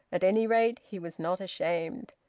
at any rate he was not shamed.